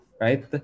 right